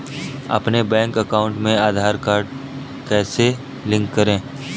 अपने bank account में Aadhaar card कैसे लिंक करें?